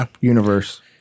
universe